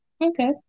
Okay